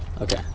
Okay